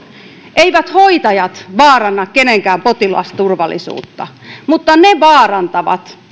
eivät hoitajat vaaranna kenenkään potilasturvallisuutta mutta ne vaarantavat